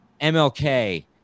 MLK